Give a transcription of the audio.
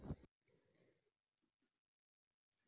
अय सं पौधा कें सही मात्रा मे पानि आ पोषक तत्व भेटै छै